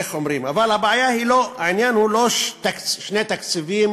איך אומרים, אבל העניין הוא לא שני תקציבים